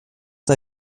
der